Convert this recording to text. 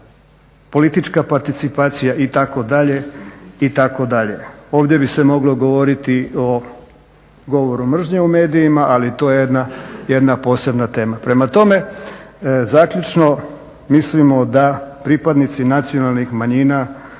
politička participacija itd. Ovdje bi se moglo govoriti o govoru mržnje u medijima, ali to je jedna posebna tema. Prema tome zaključno, mislimo da pripadnici nacionalnih manjina